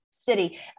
city